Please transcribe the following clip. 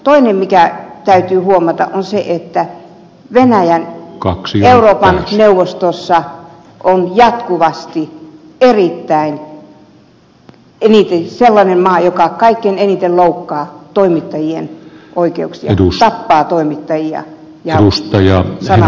toinen mikä täytyy huomata on se että venäjä euroopan neuvostossa on jatkuvasti sellainen maa joka kaikkein eniten loukkaa toimittajien oikeuksia tappaa toimittajia ja sananvapautta